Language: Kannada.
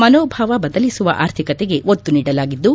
ಮನೋಭಾವ ಬದಲಿಸುವ ಆರ್ಥಿಕತೆಗೆ ಒತ್ತು ನೀಡಲಾಗಿದ್ದು